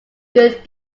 good